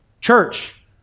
Church